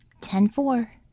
Ten-four